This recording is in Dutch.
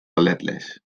balletles